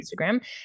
instagram